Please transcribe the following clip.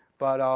but